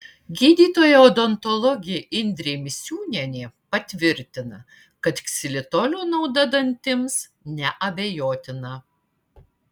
gydytoja odontologė indrė misiūnienė patvirtina kad ksilitolio nauda dantims neabejotina